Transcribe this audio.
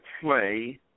play